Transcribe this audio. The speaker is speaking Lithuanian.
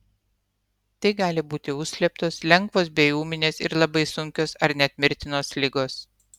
tai gali būti užslėptos lengvos bei ūminės ir labai sunkios ar net mirtinos ligos